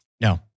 No